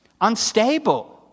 unstable